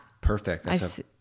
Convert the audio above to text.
Perfect